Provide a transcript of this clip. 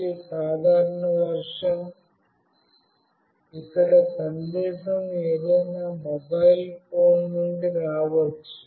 ఒకటి సాధారణ వెర్షన్ ఇక్కడ సందేశం ఏదైనా మొబైల్ ఫోన్ నుండి రావచ్చు